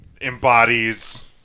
Embodies